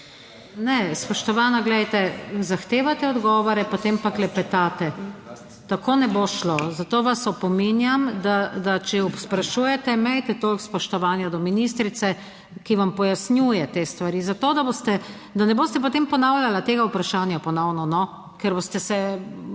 Ne, spoštovana, glejte, zahtevate odgovore, potem pa klepetate. Tako ne bo šlo. Zato vas opominjam, da če sprašujete, imejte toliko spoštovanja do ministrice, ki vam pojasnjuje te stvari. Za to da boste, da ne boste potem ponavljala tega vprašanja ponovno, ker boste se